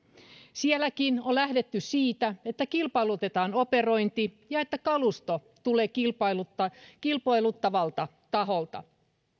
sielläkin on lähdetty siitä että kilpailutetaan operointi ja että kalusto tulee kilpailuttavalta taholta